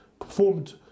performed